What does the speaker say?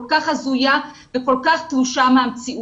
כל כך הזויה וכל כך תלושה מהמציאות.